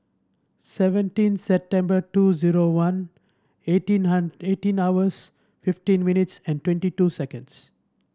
seventeen September two zero one eighteen eighteen hours fifteen minutes and twenty two seconds